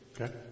Okay